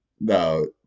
No